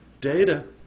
data